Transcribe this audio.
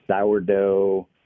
sourdough